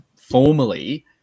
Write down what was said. formally